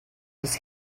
was